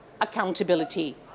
accountability